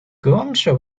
گمشو